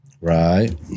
Right